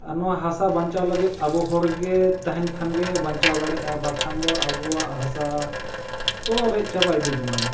ᱟᱨ ᱱᱚᱣᱟ ᱦᱟᱥᱟ ᱵᱟᱧᱪᱟᱣ ᱞᱟᱹᱜᱤᱫ ᱟᱵᱚ ᱦᱚᱲᱜᱮ ᱛᱟᱦᱮᱱ ᱠᱷᱟᱱᱜᱮ ᱵᱟᱧᱪᱟᱣ ᱫᱟᱲᱮᱭᱟᱜᱼᱟ ᱵᱟᱝᱠᱷᱟᱱ ᱫᱚ ᱟᱵᱚᱣᱟᱜ ᱦᱟᱥᱟ ᱠᱚ ᱨᱮᱡ ᱪᱟᱵᱟ ᱤᱫᱤ ᱵᱚᱱᱟ